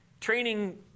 Training